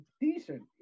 decent